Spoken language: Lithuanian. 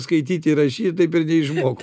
skaityt ir rašyt taip ir neišmoko